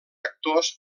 actors